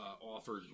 offered